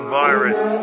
virus